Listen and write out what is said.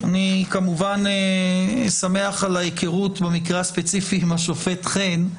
אני כמובן שמח על ההיכרות במקרה הספציפי עם השופט חן.